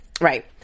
Right